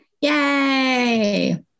Yay